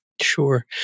Sure